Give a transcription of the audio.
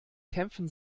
kämpfen